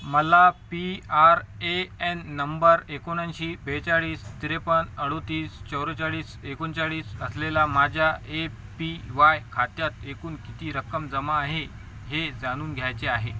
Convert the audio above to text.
मला P R A N number एकोणऐंशी बेचाळीस त्रेपन्न अडोतीस चव्वेचाळीस एकोणचाळीस असलेल्या माझ्या ए पी वाय खात्यात एकूण किती रक्कम जमा आहे हे जाणून घ्यायचे आहे